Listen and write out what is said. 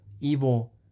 evil